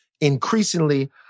increasingly